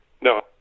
No